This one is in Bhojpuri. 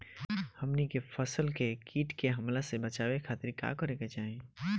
हमनी के फसल के कीट के हमला से बचावे खातिर का करे के चाहीं?